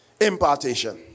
Impartation